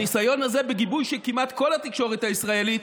הניסיון הזה, בגיבוי של כמעט כל התקשורת הישראלית,